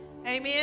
Amen